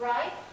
Right